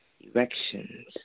erections